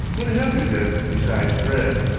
what have you then besides bread?